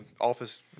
Office